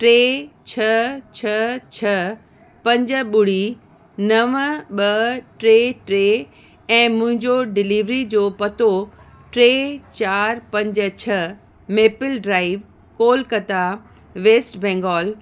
टे छह छह छह पंज ॿुड़ी नवं ॿ टे टे ऐं मुंहिंजो डिलेविरी जो पतो टे चारि पंज छह Maple Drive Kolkata West Bengal